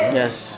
Yes